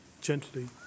gently